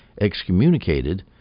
excommunicated